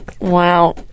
Wow